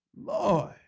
Lord